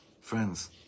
Friends